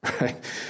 right